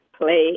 play